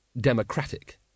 democratic